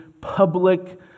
public